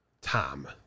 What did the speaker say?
Tom